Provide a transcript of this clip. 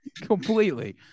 Completely